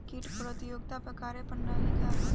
कीट प्रतिरोधकता क कार्य प्रणाली का ह?